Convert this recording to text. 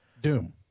Doom